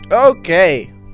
Okay